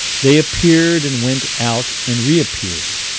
they appeared and went out and reappeared.